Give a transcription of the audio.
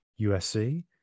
USC